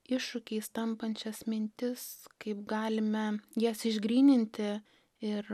iššūkiais tampančias mintis kaip galime jas išgryninti ir